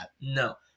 No